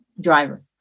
driver